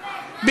אחמד,